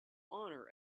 honour